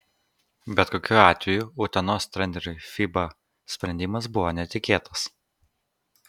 bet kokiu atveju utenos treneriui fiba sprendimas buvo netikėtas